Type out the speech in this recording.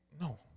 No